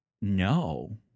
no—